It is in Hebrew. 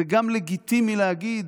זה גם לגיטימי להגיד: